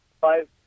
five